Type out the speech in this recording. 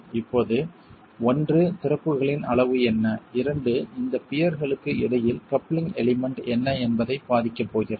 இப்போது ஒன்று திறப்புகளின் அளவு என்ன இரண்டு இந்த பியர்களுக்கு இடையில் கப்ளிங் எலிமெண்ட் என்ன என்பதைப் பாதிக்கப் போகிறது